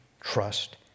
trust